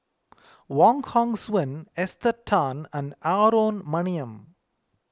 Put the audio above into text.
Wong Hong Suen Esther Tan and Aaron Maniam